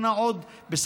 יהפוך לחוק קבוע,